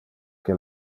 que